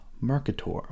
Mercator